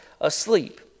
asleep